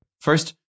First